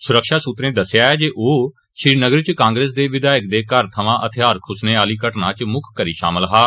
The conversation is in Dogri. सुरक्षा सूत्रें दस्सेआ जे ओह् श्रीनगर च कांग्रेस दे विघायक दे घर थमा हथियार खुसने आह्ली घटना च मुक्ख करी शामल हा